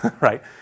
right